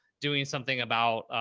doing something about,